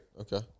okay